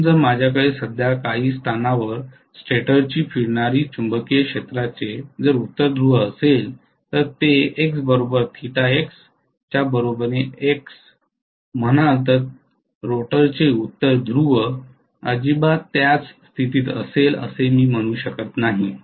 म्हणून जर माझ्याकडे सध्या काही स्थानावर स्टेटरची फिरणारी चुंबकीय क्षेत्राचे उत्तर ध्रुव असेल तर X बरोबर थिटा X च्या बरोबरीने X म्हणाल तर रोटरचे उत्तर ध्रुव अजिबात त्याच स्थितीत असेल असे मी म्हणू शकत नाही